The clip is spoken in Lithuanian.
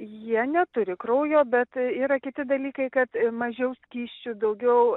jie neturi kraujo bet yra kiti dalykai kad mažiau skysčių daugiau